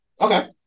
okay